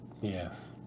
Yes